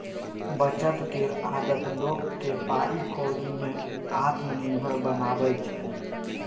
बचत केर आदत लोक केँ पाइ कौड़ी में आत्मनिर्भर बनाबै छै